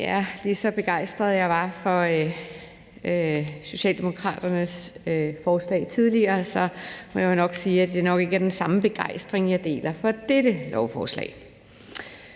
Selv om jeg var begejstret for Socialdemokraternes forslag tidligere, må jeg nok sige, at det ikke er den samme begejstring, jeg deler for dette lovforslag.